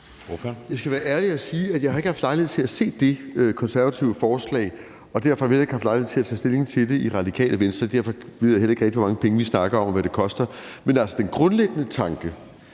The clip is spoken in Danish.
Jeg skal være ærlig og sige, at jeg ikke har haft lejlighed til at se det konservative forslag, og derfor har vi heller ikke haft lejlighed til at tage stilling til det i Radikale Venstre. Derfor ved jeg heller ikke rigtig, hvor mange penge vi snakker om, og hvad det koster. Men altså, den grundlæggende tanke,